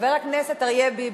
חבר הכנסת אריה ביבי.